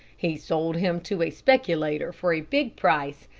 he sold him to a speculator for a big price,